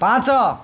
ପାଞ୍ଚ